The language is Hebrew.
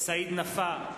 סעיד נפאע,